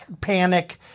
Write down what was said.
panic